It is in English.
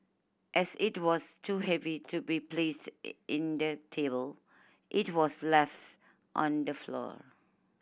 as it was too heavy to be placed in the table it was left on the floor